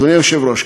אדוני היושב-ראש,